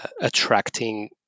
attracting